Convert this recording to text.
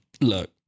look